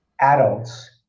Adults